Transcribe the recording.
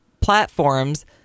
platforms